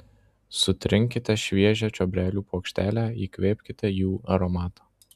sutrinkite šviežią čiobrelių puokštelę įkvėpkite jų aromatą